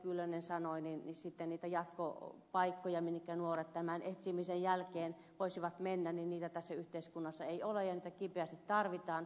kyllönen sanoi sitten niitä jatkopaikkoja minnekä nuoret tämän etsimisen jälkeen voisivat mennä tässä yhteiskunnassa ei ole ja niitä kipeästi tarvitaan